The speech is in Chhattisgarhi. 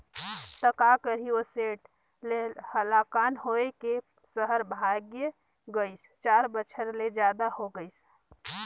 त का करही ओ सेठ ले हलाकान होए के सहर भागय गइस, चार बछर ले जादा हो गइसे